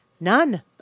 none